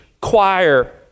choir